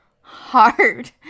hard